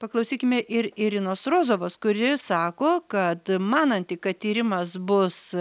paklausykime ir irinos rozovos kuri sako kad mananti kad tyrimas bus